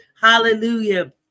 Hallelujah